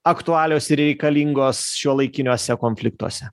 aktualios ir reikalingos šiuolaikiniuose konfliktuose